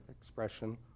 expression